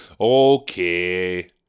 okay